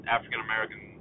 African-American